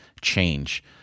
change